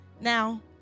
now